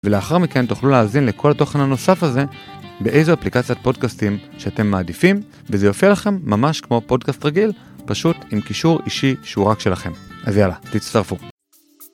ולאחר מכן תוכלו להאזין לכל התוכן הנוסף הזה באיזו אפליקציית פודקאסטים שאתם מעדיפים וזה יופיע לכם ממש כמו פודקאסט רגיל, פשוט עם קישור אישי שהוא רק שלכם. אז יאללה, תצטרפו.